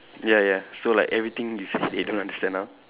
ya ya so like everything you said they don't understand ah